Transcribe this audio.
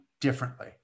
differently